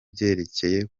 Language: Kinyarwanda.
byerekeye